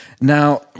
Now